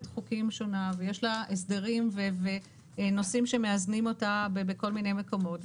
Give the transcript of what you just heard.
חוקים שונה ויש לה הסדרים ונושאים שמאזנים אותה בכל מיני מקומות.